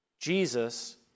Jesus